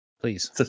Please